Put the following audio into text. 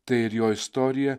tai ir jo istorija